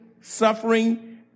suffering